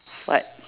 what